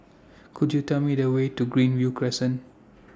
Could YOU Tell Me The Way to Greenview Crescent